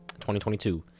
2022